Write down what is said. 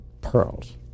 pearls